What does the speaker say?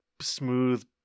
smooth